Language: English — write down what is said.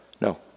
no